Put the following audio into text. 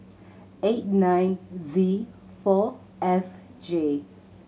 eight nine Z four F J